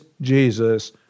Jesus